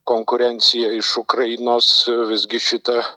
konkurenciją iš ukrainos visgi šitą